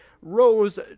Rose